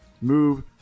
move